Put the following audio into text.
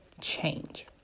change